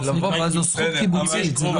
אבל זו זכות קיבוצית.